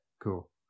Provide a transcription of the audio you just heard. Cool